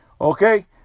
okay